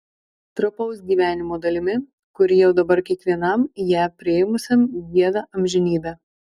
trapaus gyvenimo dalimi kuri jau dabar kiekvienam ją priėmusiam gieda amžinybę